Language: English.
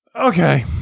Okay